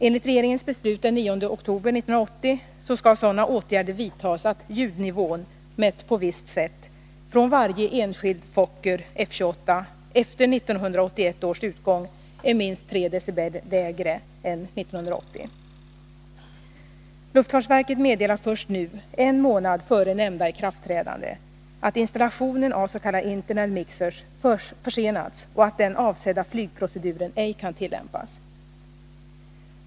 Enligt regeringens beslut den 9 oktober 1980 skall sådana åtgärder vidtas att ljudnivån, mätt på visst sätt, från varje enskild Fokker F-28 efter 1981 års utgång är minst 3 dB lägre än 1980. Luftfartsverket meddelar först nu — en månad före nämnda ikraftträdande — att installationen av s.k. internal mixers försenats och att den avsedda flygproceduren ej kan tillämpas.